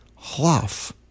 hlof